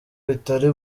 bitari